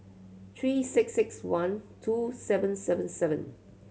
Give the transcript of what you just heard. three six six one two seven seven seven